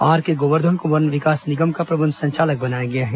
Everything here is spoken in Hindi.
आरके गोवर्धन को वन विकास निगम का प्रबंध संचालक बनाया गया है